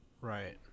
Right